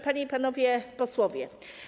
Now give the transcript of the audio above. Panie i Panowie Posłowie!